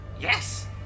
Yes